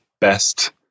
best